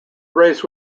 race